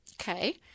Okay